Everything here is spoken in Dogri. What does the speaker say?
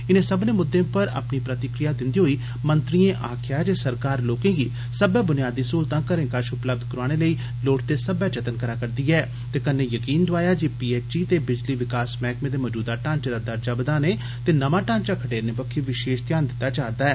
इनें सब्मनें मुद्दें पर अपनी प्रतिक्रिया दिंदे होई मंत्रिए आक्खेआ जे सरकार लोकें गी सब्बै बुनियादी स्हूलता उन्देघरें कश उपलब्ध कराने लेई लोड़चदे सब्बै जतन करै करदी ऐ ते कन्ने यर्कीन दोआया जे पीएचई ते बिजली विकास मैहकमें दे मजूदा ढ़ांचे दा दर्जा बघाने ते नमां ढ़ांचा खडेरने बक्खी विशेष ध्यान दित्ता जा'रदा ऐ